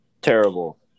Terrible